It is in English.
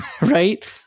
right